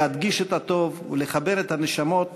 להדגיש את הטוב ולחבר את הנשמות